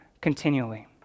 continually